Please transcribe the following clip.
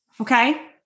okay